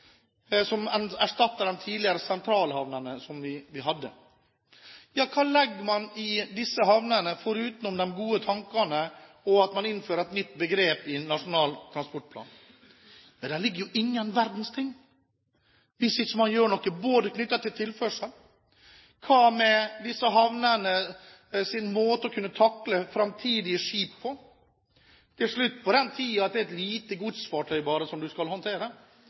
gode tankene og at man innfører et nytt begrep i Nasjonal transportplan? Det ligger jo ingen verdens ting i dette – hvis man ikke gjør noe, bl.a. med tilførselen. Hva med disse havnenes måte å kunne takle framtidige skip på? Det er slutt på den tiden da det bare var et lite godsfartøy man skulle håndtere. I dag kommer det svære containerfartøy, gjerne med to–tre kraner om bord, som skal håndtere